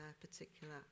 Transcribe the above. particular